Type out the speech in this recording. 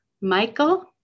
Michael